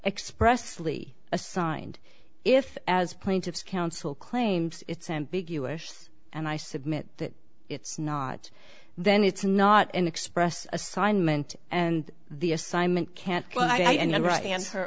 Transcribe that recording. expressly assigned if as plaintiff's counsel claims it's ambiguous and i submit that it's not then it's not an express assignment and the assignment can't play and the